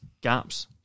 gaps